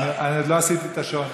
אני עוד לא עשיתי את השיעורים.